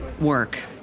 work